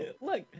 look